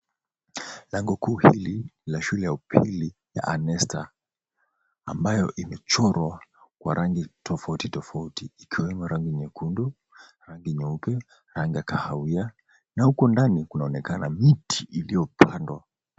Lango kuu hili la shule ya upili ya ANESTAR ambayo imechorwa kwa rangi tofauti tofauti ikiwemo rangi nyekundu, rangi nyeupe, rangi ya kahawia na huko ndani kunaonekana miti iliopandwa.